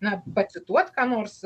na pacituot ką nors